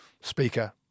speaker